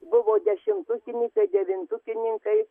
buvo dešimtukinykai devintukininkai